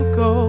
go